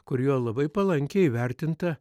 kurioje labai palankiai įvertinta